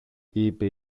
είπε